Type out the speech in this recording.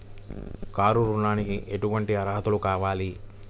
Car ఋణంకి ఎటువంటి అర్హతలు కావాలి?